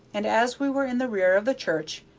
and as we were in the rear of the church,